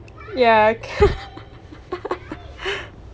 ya